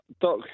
Doc